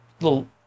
little